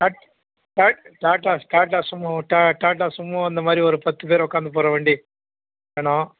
dot டா Tata Tata Sumo டா Tata Sumo அந்தமாதிரி ஒரு பத்துப் பேரு ஒக்காந்து போகிற வண்டி வேணும்